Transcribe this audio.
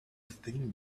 thin